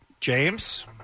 James